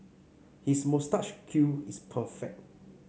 his moustache curl is perfect